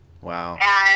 Wow